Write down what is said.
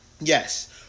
Yes